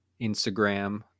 Instagram